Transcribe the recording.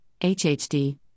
HHD